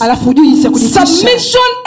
Submission